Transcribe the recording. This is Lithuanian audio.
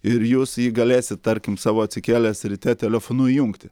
ir jūs jį galėsit tarkim savo atsikėlęs ryte telefonu įjungti